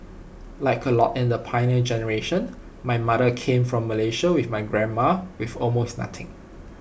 like A lot in the Pioneer Generation my mother came from Malaysia with my grandma with almost nothing